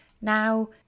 Now